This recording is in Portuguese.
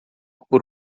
por